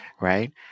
Right